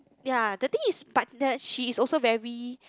ya the thing is but the she is also very